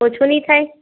ઓછું નહીં થાય